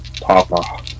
Papa